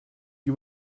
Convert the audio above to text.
you